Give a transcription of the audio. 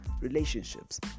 relationships